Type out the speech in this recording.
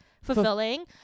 fulfilling